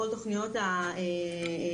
לכל תוכניות ההשמה,